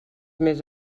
més